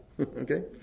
Okay